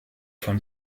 von